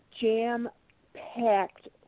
jam-packed